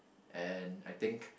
and I think